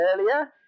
earlier